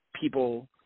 people